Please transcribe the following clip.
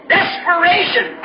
Desperation